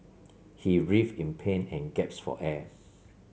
he writhed in pain and for air